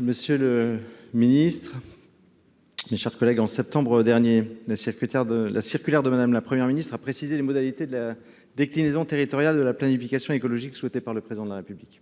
monsieur le ministre, mes chers collègues, au mois de septembre dernier, une circulaire de Mme la Première ministre a précisé les modalités de la déclinaison territoriale de la planification écologique souhaitée par le Président de la République.